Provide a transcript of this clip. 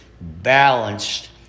balanced